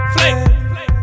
Flame